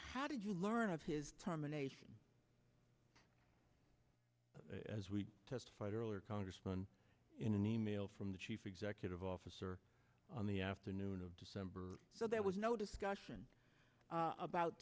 how did you learn of his terminations as we testified earlier congressman in an e mail from the chief executive officer on the afternoon of december so there was no discussion about